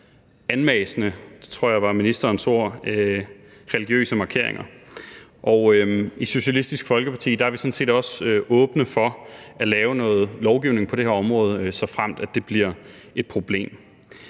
anmassende, tror jeg var ministerens ord, religiøse markeringer. I Socialistisk Folkeparti er vi sådan set også åbne over for at lave noget lovgivning på det her område, såfremt det bliver et problem.